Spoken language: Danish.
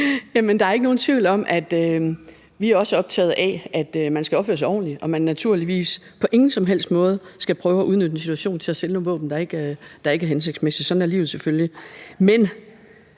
Der er ikke nogen tvivl om, at vi også er optaget af, at man skal opføre sig ordentligt, og at man naturligvis på ingen som helst måde skal prøve at udnytte en situation til at sælge nogle våben, der ikke er hensigtsmæssige. Sådan er livet selvfølgelig.